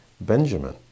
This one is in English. Benjamin